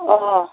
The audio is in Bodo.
अह